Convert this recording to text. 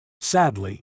Sadly